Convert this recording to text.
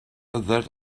that